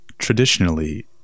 Traditionally